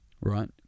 Right